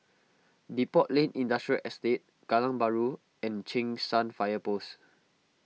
Depot Lane Industrial Estate Kallang Bahru and Cheng San Fire Post